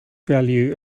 value